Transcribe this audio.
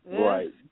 Right